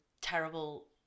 terrible